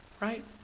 Right